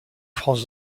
france